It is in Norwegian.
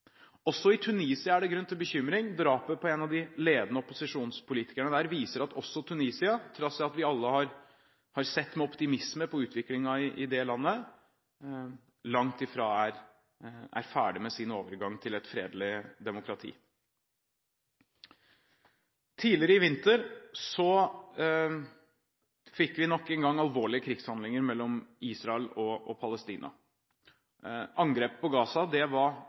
Også i Tunisia er det grunn til bekymring. Drapet på en av de ledende opposisjonspolitikerne der viser at også Tunisia – til tross for at vi alle har sett med optimisme på utviklingen i landet – langt ifra er ferdig med sin overgang til et fredelig demokrati. Tidligere i vinter fikk vi nok en gang alvorlige krigshandlinger mellom Israel og Palestina. Angrepet på Gaza var